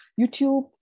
YouTube